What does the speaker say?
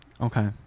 Okay